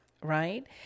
right